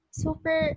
super